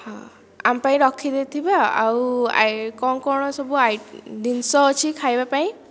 ହଁ ଆମ ପାଇଁ ରଖିଦେଇଥିବେ ଆଉ କ'ଣ କ'ଣ ସବୁ ଜିନିଷ ଅଛି ଖାଇବା ପାଇଁ